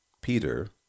Peter